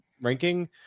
ranking